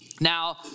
Now